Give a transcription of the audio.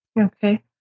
Okay